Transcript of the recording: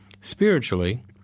Spiritually